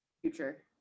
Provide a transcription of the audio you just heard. future